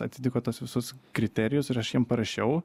atitiko tuos visus kriterijus ir aš jiem parašiau